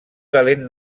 talent